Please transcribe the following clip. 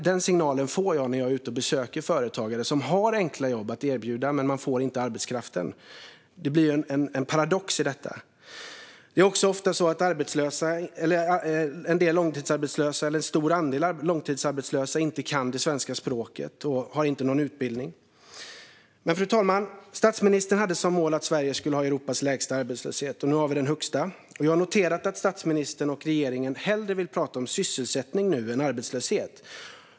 Den signalen får jag när jag är ute och besöker företagare som har enkla jobb att erbjuda men som inte får arbetskraften. Det blir en paradox i detta. Det är också så att en stor andel långtidsarbetslösa inte kan det svenska språket och inte har någon utbildning. Fru talman! Statsministern hade som mål att Sverige skulle ha Europas lägsta arbetslöshet. Nu har vi den högsta. Jag har noterat att statsministern och regeringen nu hellre vill tala om sysselsättning än om arbetslöshet.